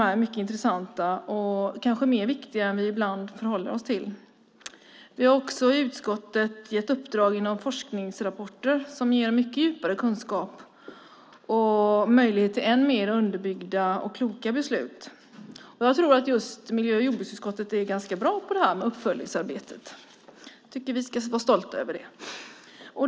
De är mycket intressanta och kanske viktigare än vi ibland tror när vi förhåller oss till dem. Vi har i utskottet gett uppdrag genom forskningsrapporter som ger mycket djupare kunskap och möjlighet till ännu mer underbyggda och ännu klokare beslut. Jag tror att just miljö och jordbruksutskottet är ganska bra på uppföljningsarbete, och jag tycker att vi ska vara stolta över det.